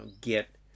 get